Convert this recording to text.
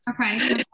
Okay